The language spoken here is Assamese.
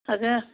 তাকে